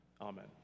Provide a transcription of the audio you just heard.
Amen